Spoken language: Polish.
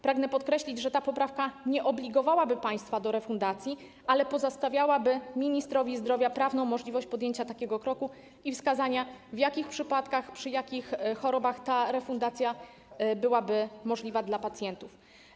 Pragnę podkreślić, że ta poprawka nie obligowałaby państwa do refundacji, ale pozostawiałaby ministrowi zdrowia prawną możliwość podjęcia takiego kroku i wskazania, w jakich przypadkach, przy jakich chorobach ta refundacja byłaby możliwa dla pacjentów.